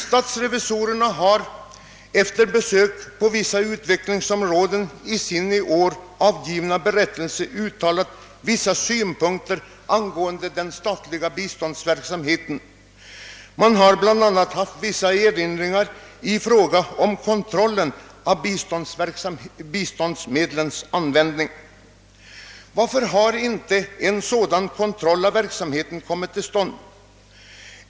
Statsrevisorerna har efter besök på vissa utvecklingsområden i sin i år avgivna berättelse uttalat vissa synpunkter angående den statliga biståndsverksamheten. Man har bl.a. haft vissa erinringar att göra i fråga om kontrollen av biståndsmedlens användning. Varför har inte en sådan kontroll av verksamheten kommit till stånd?